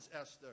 Esther